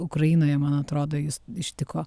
ukrainoje man atrodo jus ištiko